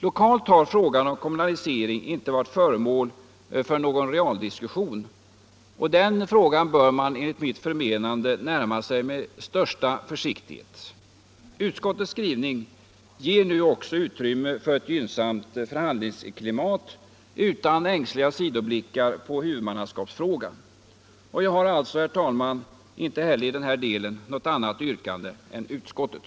Lokalt har frågan om kommunalisering inte varit föremål för någon realdiskussion. Den frågan bör man enligt mitt förmenande närma sig med stor försiktighet. Utskottets skrivning ger nu också utrymme för ett gynnsamt förhandlingsklimat utan ängsliga sidoblickar på huvudmannaskapet. Jag har alltså, herr talman, inte heller i denna del något annat yrkande än utskottet.